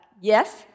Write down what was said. Yes